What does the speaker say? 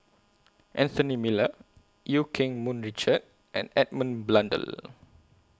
Anthony Miller EU Keng Mun Richard and Edmund Blundell